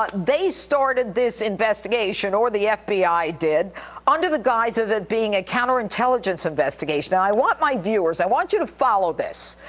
but they started this investigation or the fbi did under the guise of it being a counterintelligence investigation. and i want my viewers. i want you to follow this.